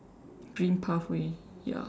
green pathway ya